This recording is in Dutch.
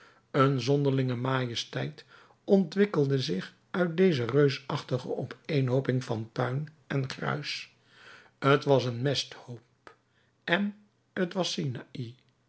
een zonderlinge majesteit ontwikkelde zich uit deze reusachtige opeenhooping van puin en gruis t was een mesthoop en t was